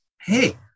hey